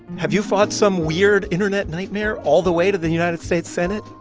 have you fought some weird internet nightmare all the way to the united states senate?